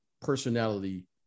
personality